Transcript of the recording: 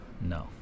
No